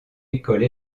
école